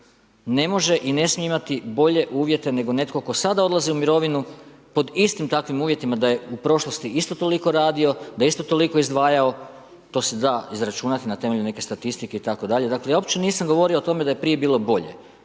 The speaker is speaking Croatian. u mirovinu pod istim takvim uvjetima nego netko tko sada odlazi u mirovinu pod istim takvim uvjetima da je u prošlosti isto toliko radio, da je isto toliko izdvajao, to se da izračunati na temelju neke statistike itd., dakle ja uopće nisam govorio o tome da je prije bilo bolje,